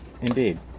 Indeed